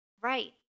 Right